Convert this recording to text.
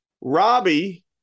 Robbie